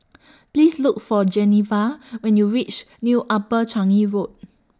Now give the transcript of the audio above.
Please Look For Geneva when YOU REACH New Upper Changi Road